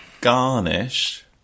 garnish